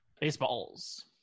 Baseballs